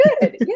good